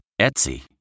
Etsy